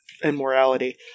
immorality